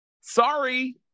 sorry